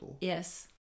Yes